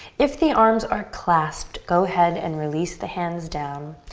if the arms are clasped, go ahead and release the hands down.